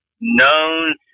known